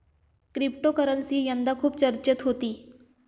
cryptocurrency यंदा खूप चर्चेत होती